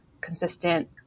consistent